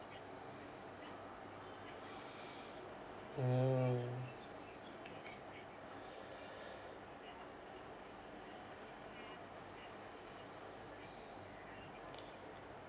mm